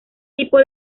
tipo